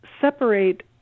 separate